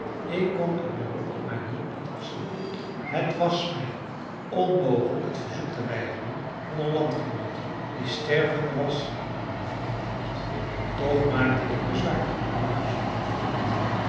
ik kon het beroep op mijn hulp niet afslaan het was mij onmogelijk het verzoek te weigeren van een landgenoote die stervende was in een vreemd land toch maakte ik bezwaar holmes te verlaten